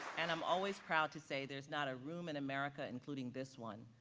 and i'm always proud to say there's not a room in america, including this one,